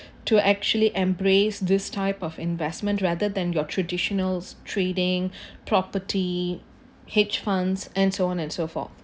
to actually embrace this type of investment rather than your traditional trading property hedge funds and so on and so forth